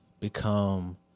become